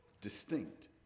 distinct